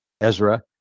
Ezra